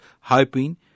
hoping